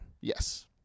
Yes